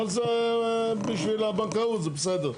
אבל זה בשביל הבנקאות זה בסדר.